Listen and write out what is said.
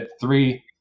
three